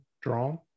drawn